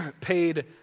paid